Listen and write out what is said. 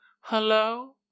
hello